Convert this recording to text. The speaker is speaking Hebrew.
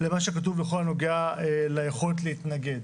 למה שכתוב בכל הנוגע ליכולת להתנגד.